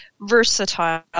versatile